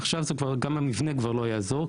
עכשיו גם המבנה כבר לא יעזור,